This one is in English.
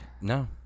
No